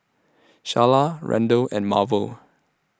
Sharla Randle and Marvel